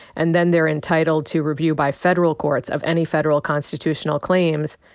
and then they're entitled to review by federal courts of any federal constitutional claims.